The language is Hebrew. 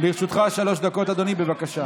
לרשותך שלוש דקות, אדוני, בבקשה.